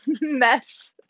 mess